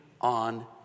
on